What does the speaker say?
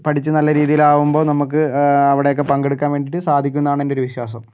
പഠിച്ച് നല്ല രീതിയിലാവുമ്പോൾ നമുക്ക് അവിടേക്ക് പങ്കെടുക്കാൻ വേണ്ടിയിട്ട് സാധിക്കുമെന്നാണെൻ്റെ ഒരു വിശ്വാസം